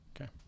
Okay